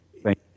Thank